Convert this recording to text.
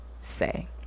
say